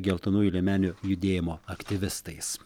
geltonųjų liemenių judėjimo aktyvistais